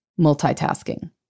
multitasking